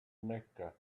mecca